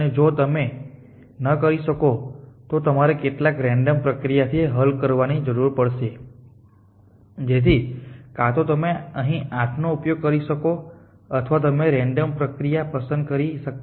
અને જો તમે ન કરી શકો તો તમારે કેટલાક રેન્ડમ પ્રક્રિયા થી હલ કરવાની જરૂર પડશે જેથી કાં તો તમે અહીં 8 નો ઉપયોગ કરી શકો અથવા તમે રેન્ડમ પ્રક્રિયા પસંદ કરી શકો